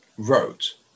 Wrote